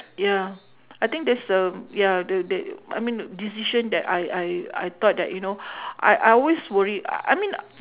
ya I think that's the ya the th~ I mean decision that I I I thought that you know I I always worried I mean